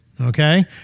Okay